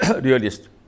realist